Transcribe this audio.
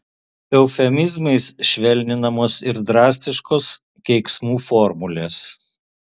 eufemizmais švelninamos ir drastiškos keiksmų formulės